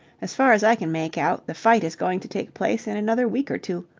as far as i can make out, the fight is going to take place in another week or two.